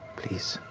please